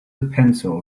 pencil